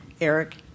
Eric